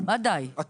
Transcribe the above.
היית